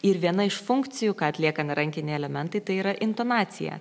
ir viena iš funkcijų ką atlieka ne rankiniai elementai tai yra intonacija